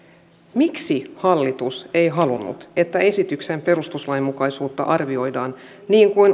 miksi hallitus ei halunnut että esityksen perustuslainmukaisuutta arvioidaan niin kuin